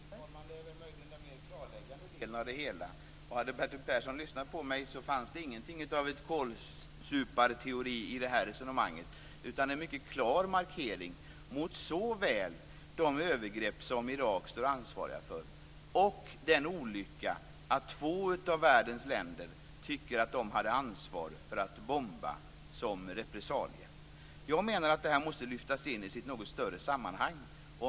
Fru talman! Det är möjligen den mer klarläggande delen av det hela. Hade Bertil Persson lyssnat på mig hade han hört att det inte fanns någonting av en kålsuparteori i detta resonemang, utan en mycket klar markering mot såväl de övergrepp som Irak är ansvarigt för som olyckan att två av världens länder tycker att de har ansvar för att bomba som repressalie. Jag menar att detta måste lyftas in i sitt något större sammanhang.